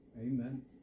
Amen